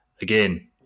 Again